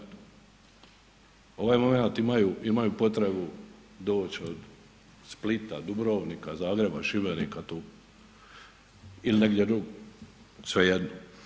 Ovaj momenat imaju potrebu doć od Splita, Dubrovnika, Zagreba, Šibenika tu ili negdje drugdje, svejedno.